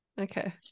Okay